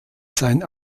sein